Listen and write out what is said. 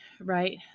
Right